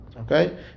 Okay